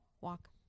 walk